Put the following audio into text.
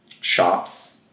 shops